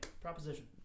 proposition